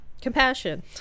compassion